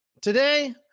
Today